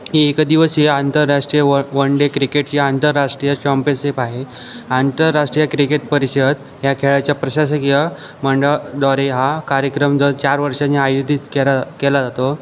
ही एकदिवसीय आंतरराष्ट्रीय व वन डे क्रिकेटची आंतरराष्ट्रीय चॉम्पियनशिप आहे आंतरराष्ट्रीय क्रिकेट परिषद ह्या खेळाच्या प्रशासकीय मंडळाद्वारे हा कार्यक्रम दर चार वर्षांनी आयोजित केला केला जातो